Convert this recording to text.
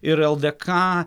ir ldk